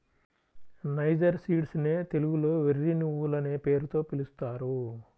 niger seeds నే తెలుగులో వెర్రి నువ్వులనే పేరుతో పిలుస్తారు